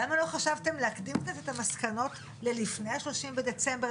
למה לא חשבתם להקדים את המסקנות לפני ה-30 בדצמבר?